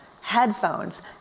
headphones